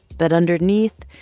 but underneath,